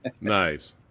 Nice